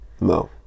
No